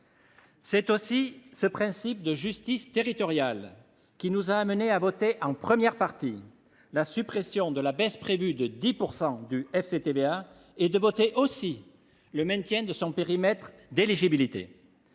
C’est aussi ce principe de justice territoriale qui nous a amenés à voter, en première partie, la suppression de la baisse prévue de 10 % du FCTVA et le maintien du périmètre d’éligibilité